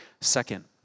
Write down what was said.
Second